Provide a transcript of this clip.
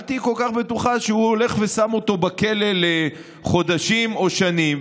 אל תהיי כל כך בטוחה שהוא הולך ושם אותו בכלא לחודשים או שנים.